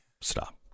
Stop